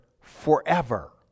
forever